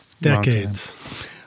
decades